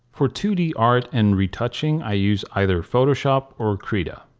for two d art and retouching i use either photoshop or krita.